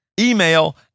email